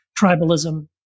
tribalism